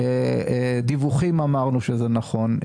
לגבי דיווחים, אמרנו שזה נכון.